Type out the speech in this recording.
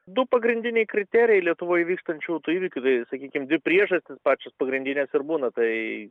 du pagrindiniai kriterijai lietuvoj vykstančių įvykių tai sakykim dvi priežastys pačios pagrindinės ir būna taai